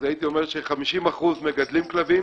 אז הייתי אומר ש-50% מגדלים כלבים